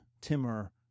Timur